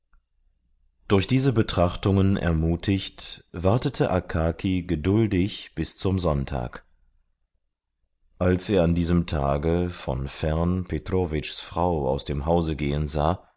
durch diese betrachtungen ermutigt wartete akaki geduldig bis zum sonntag als er an diesem tage von fern petrowitschs frau aus dem hause gehen sah